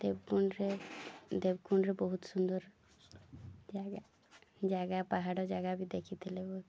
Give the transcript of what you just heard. ଦେବକୁଣ୍ଡରେ ଦେବକୁଣ୍ଡରେ ବହୁତ ସୁନ୍ଦର ଜାଗା ଜାଗା ପାହାଡ଼ ଜାଗା ବି ଦେଖିଥିଲେ ବହୁତ